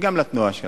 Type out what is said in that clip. וגם לתנועה שלנו.